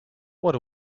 what